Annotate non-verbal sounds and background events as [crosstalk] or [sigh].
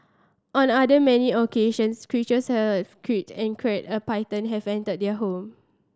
on other many occasions creatures [unintelligible] a python have entered their home